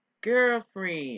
girlfriend